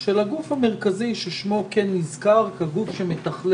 של הגוף המרכזי ששמו כן נזכר כגוף שמוביל